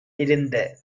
இருந்த